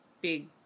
big